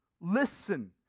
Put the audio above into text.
Listen